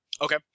okay